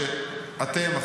שאתם,